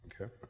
okay